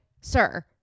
sir